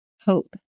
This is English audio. hope